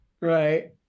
Right